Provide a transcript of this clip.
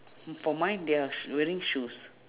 for mine they are sh~ wearing shoes